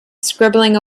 scribbling